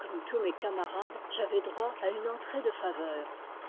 gomme tous mes camarades j'avais droit à une entrée de faveur